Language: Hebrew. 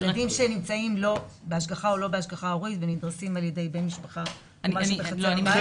ילדים לא נמצאים בהשגחה הורית ונדרסים על ידי בן משפחה ממש בחצר הבית.